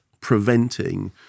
preventing